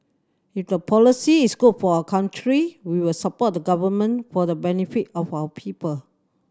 if the policy is good for our country we will support the Government for the benefit of our people